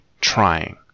trying